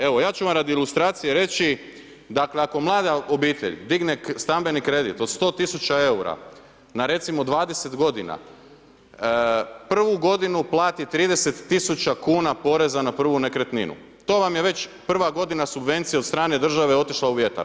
Evo, ja ću vam radi ilustracije reći dakle, ako mlada obitelj digne stambeni kredit od 100 tisuća eura na recimo 20 godina, prvu godinu plati 30 tisuća kuna poreza na prvu nekretninu, to vam je već prva godina subvencije od strane države otišla u vjetar.